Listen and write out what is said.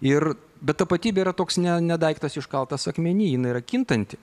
ir bet tapatybė yra toks ne ne daiktas iškaltas akmeny jinai yra kintanti